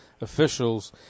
officials